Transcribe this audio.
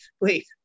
wait